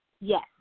Yes